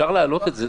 אפשר להעלות את זה,